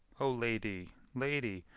o lady, lady,